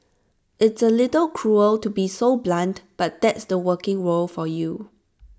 it's A little cruel to be so blunt but that's the working world for you